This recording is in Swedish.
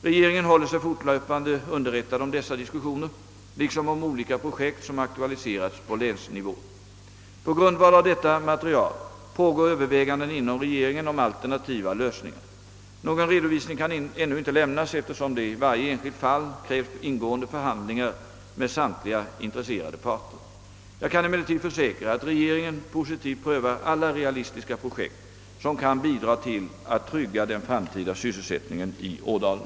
Regeringen håller sig fortlöpande underrättad om dessa diskussioner liksom om olika projekt som aktualiserats på länsnivå. På grundval av detta material pågår överväganden inom regeringen om alternativa lösningar. Någon redovisning kan ännu inte lämnas eftersom det i varje enskilt fall krävs ingående förhandlingar med samtliga intresserade parter. Jag kan emellertid försäkra, att regeringen positivt prövar alla realistiska projekt, som kan bidra till att trygga den framtiden sysselsättningen i Ådalen.